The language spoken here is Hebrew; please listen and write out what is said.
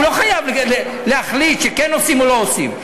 הוא לא חייב להחליט שכן עושים או לא עושים,